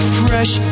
fresh